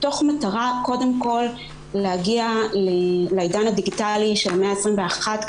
המטרה הייתה להגיע לעידן הדיגיטלי של המאה העשרים ואחת,